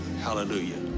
Hallelujah